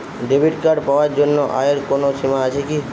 Debit card পাওয়ার জন্য আয়ের কোনো সীমা আছে কি?